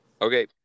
Okay